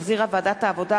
שהחזירה ועדת העבודה,